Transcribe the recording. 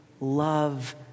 love